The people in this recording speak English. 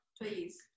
Please